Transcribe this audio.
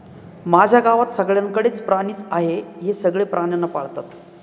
माझ्या गावात सगळ्यांकडे च प्राणी आहे, ते सगळे प्राण्यांना पाळतात